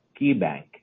KeyBank